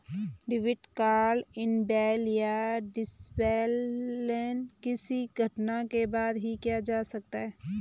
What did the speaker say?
debit card enable या disable किसी घटना के बाद ही किया जा सकता है